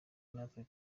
natwe